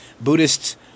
Buddhists